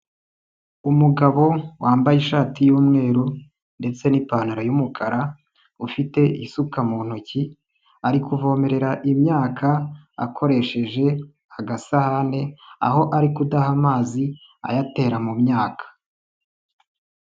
umugabo wambaye ishati y'umweru ndetse n'ipantaro y'umukara, afite isuka mu ntoki, ari kuvomerera imyaka akoresheje agasahane, aho ari kudaha amazi ayatera mu myaka.